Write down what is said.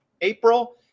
April